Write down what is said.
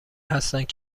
هستند